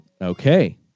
Okay